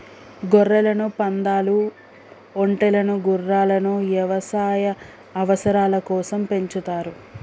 గొర్రెలను, పందాలు, ఒంటెలను గుర్రాలను యవసాయ అవసరాల కోసం పెంచుతారు